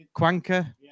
quanker